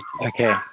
okay